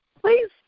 please